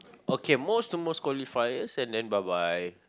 okay most to most qualifiers and send then bye bye